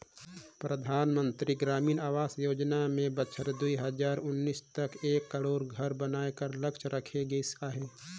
परधानमंतरी ग्रामीण आवास योजना में बछर दुई हजार उन्नीस तक एक करोड़ घर बनाए कर लक्छ राखे गिस अहे